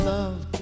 Love